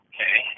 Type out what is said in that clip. Okay